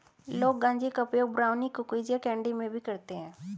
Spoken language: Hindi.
लोग गांजे का उपयोग ब्राउनी, कुकीज़ या कैंडी में भी करते है